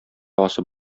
асып